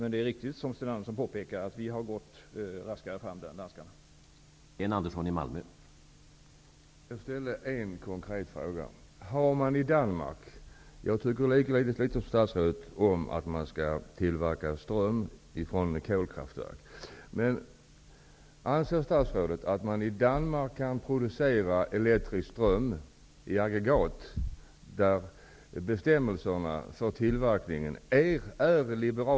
Det är riktigt som Sten Andersson påpekade att vi i Sverige har gått raskare fram än danskarna när det gäller ammoniak.